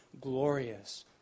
glorious